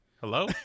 hello